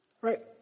right